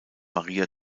maria